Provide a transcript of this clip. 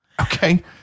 Okay